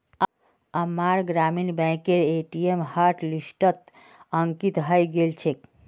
अम्मार ग्रामीण बैंकेर ए.टी.एम हॉटलिस्टत अंकित हइ गेल छेक